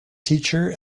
teacher